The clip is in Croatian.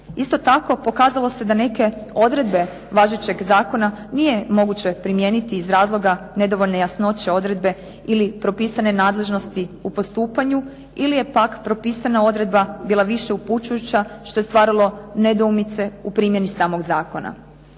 Isto tako, pokazalo se da neke odredbe važećeg zakona nije moguće primijeniti iz razloga nedovoljne jasnoće odredbe ili propisane nadležnosti u postupanju ili je pak propisana odredba bila više upućujuća što je stvaralo nedoumice u primjeni samog zakona.